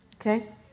okay